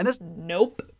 nope